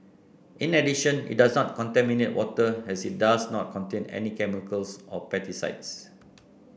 in addition it does not contaminate water as it does not contain any chemicals or pesticides